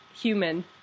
human